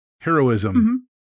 heroism